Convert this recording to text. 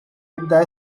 jibda